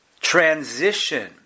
transition